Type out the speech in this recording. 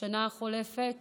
בשנה החולפת